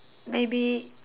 maybe